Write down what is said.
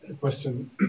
question